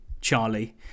Charlie